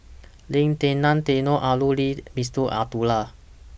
Lim Denan Denon Aaron Lee Abdullah